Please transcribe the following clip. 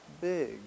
big